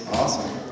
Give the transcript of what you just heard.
awesome